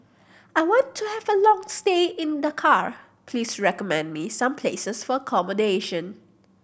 I want to have a long stay in Dakar please recommend me some places for accommodation